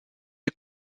est